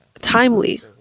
Timely